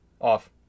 Off